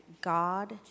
God